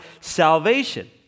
salvation